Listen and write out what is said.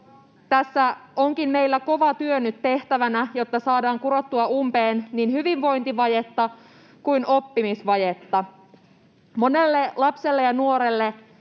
Tässä onkin meillä kova työ nyt tehtävänä, jotta saadaan kurottua umpeen niin hyvinvointivajetta kuin oppimisvajetta. Monelle lapselle ja nuorelle